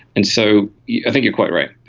and so i think you're quite right,